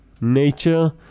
nature